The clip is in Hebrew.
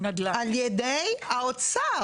אקדמי וזה,